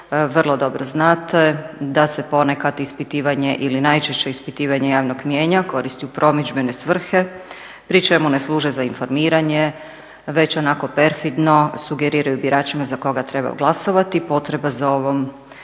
Vrlo dobro znate da se ponekad ispitivanje ili najčešće ispitivanje javnog mijenja koristi u promidžbene svrhe pri čemu ne služe za informiranje već onako perfidno sugeriraju biračima za koga trebaju glasovati. Potreba za ovom